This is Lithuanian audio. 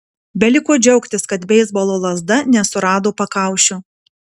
beliko džiaugtis kad beisbolo lazda nesurado pakaušio